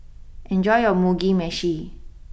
enjoy your Mugi Meshi